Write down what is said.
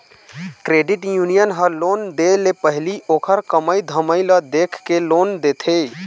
credit union ह loan दे ले पहिली ओखर कमई धमई ल देखके लोन देथे